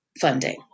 funding